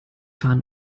fahnen